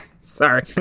Sorry